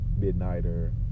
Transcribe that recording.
Midnighter